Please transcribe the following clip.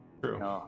True